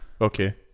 Okay